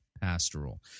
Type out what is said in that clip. pastoral